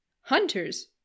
Hunters